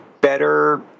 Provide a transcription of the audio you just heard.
better